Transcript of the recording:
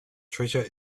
treasure